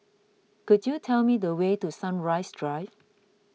could you tell me the way to Sunrise Drive